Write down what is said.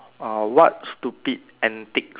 uh what stupid antic